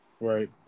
Right